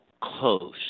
close